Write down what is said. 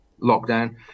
lockdown